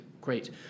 great